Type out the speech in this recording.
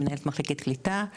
מנהלת מחלקת קליטה.